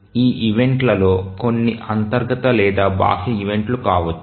ఈ ఈవెంట్ లలో కొన్ని అంతర్గత లేదా బాహ్య ఈవెంట్ లు కావచ్చు